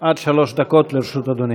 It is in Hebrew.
עד שלוש דקות לרשות אדוני.